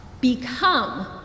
become